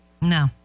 No